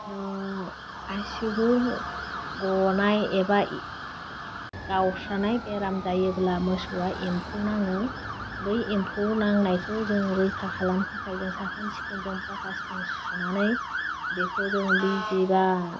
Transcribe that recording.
ओह आसिगुर गनाय एबा गावस्रानाय बेराम जायोब्ला मोसौआ एम्फौ नाङो बै एम्फौ नांनायखौ जोङो रैखा खालामनो थाखाय जों साखोन सिखोन जों पटासजों सुनानै बेखौ जों बिजि बा